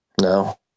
No